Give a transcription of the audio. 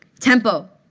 tempo?